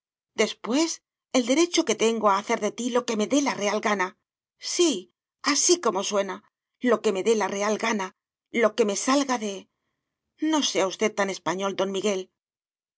después el derecho que tengo a hacer de ti lo que me dé la real gana sí así como suena lo que me dé la real gana lo que me salga de no sea usted tan español don miguel